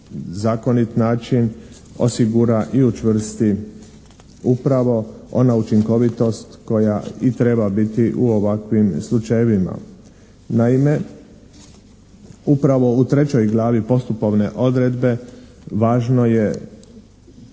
zakonit način osigura i učvrsti upravo ona učinkovitost koja i treba biti u ovakvim slučajevima. Naime upravo u trećoj glavi postupovne odredbe važno je